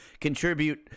contribute